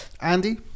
Andy